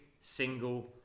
single